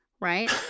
right